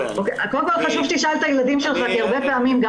חשוב שתשאל את הילדים שלך כי הרבה פעמים גם